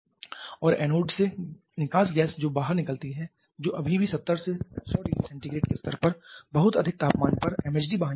और एनोड से निकास गैस जो बाहर निकलती है जो अभी भी 70 से 100 ℃ के स्तर पर बहुत अधिक तापमान पर MHD वाहिनी के समान है